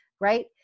right